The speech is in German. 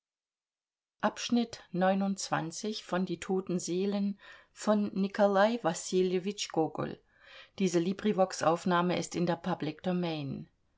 die toten seelen